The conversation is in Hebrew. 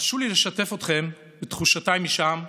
הרשו לי לשתף אתכם בתחושותיי משם,